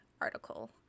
article